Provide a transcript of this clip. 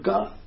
God